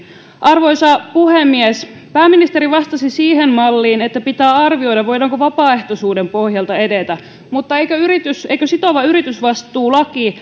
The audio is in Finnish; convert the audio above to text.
arvoisa puhemies pääministeri vastasi siihen malliin että pitää arvioida voidaanko vapaaehtoisuuden pohjalta edetä mutta eikö sitova yritysvastuulaki